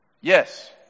Yes